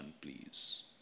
please